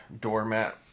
doormat